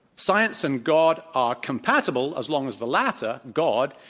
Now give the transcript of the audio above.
science and god are compatible as long as the latter, god,